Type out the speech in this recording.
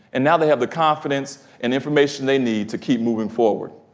and now they have the confidence and information they need to keep moving forward.